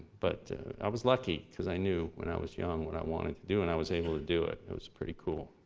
but i was lucky cause i knew when i was young what i wanted to do and i was able to do it. it was pretty cool.